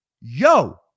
yo